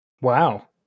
Wow